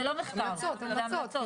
המלצות, המלצות.